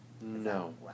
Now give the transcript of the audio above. No